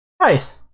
Nice